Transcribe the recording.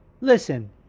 listen